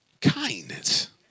Kindness